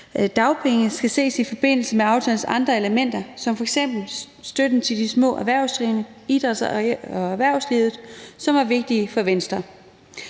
dagpenge, skal ses i forbindelse med aftalens andre elementer som f.eks. støtten til de små erhvervsdrivende, idræts- og erhvervslivet, som var vigtige for Venstre.